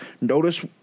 Notice